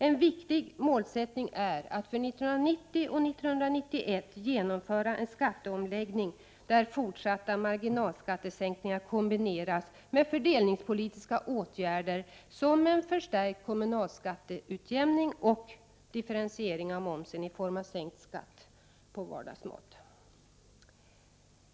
En viktig målsättning är att för 1990 och 1991 genomföra en skatteomläggning, där fortsatta marginalskattesänkningar kombineras med fördelningspolitiska åtgärder, som en förstärkt kommunalskatteutjämning och differentiering av momsen i form av sänkt skatt på vardagsmat.